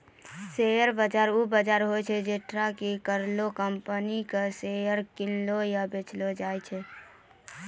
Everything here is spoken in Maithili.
शेयर बाजार उ बजार होय छै जैठां कि कोनो कंपनी के शेयर किनलो या बेचलो जाय छै